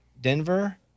Denver